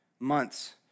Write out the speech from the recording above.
Months